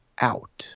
out